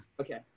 Okay